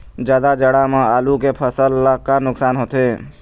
जादा जाड़ा म आलू के फसल ला का नुकसान होथे?